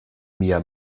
mia